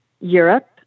Europe